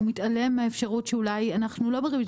והוא מתעלם מהאפשרות שאולי אנחנו לא בריבית